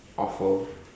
offal